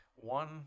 One